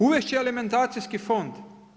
Uvest će alimentacijski fond.